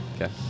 Okay